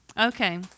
okay